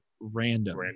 Random